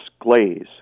Glaze